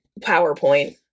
PowerPoint